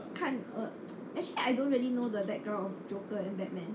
看 uh actually I don't really know the background about joker and bat man